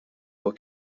will